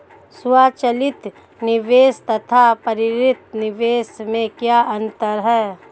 स्वचालित निवेश तथा प्रेरित निवेश में क्या अंतर है?